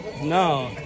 no